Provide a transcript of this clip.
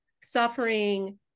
suffering